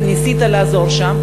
ניסית לעזור שם.